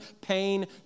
pain